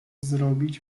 zrobić